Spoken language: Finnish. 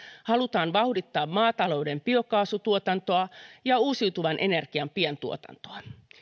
halutaan vauhdittaa maatalouden biokaasutuotantoa ja uusiutuvan energian pientuotantoa